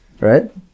right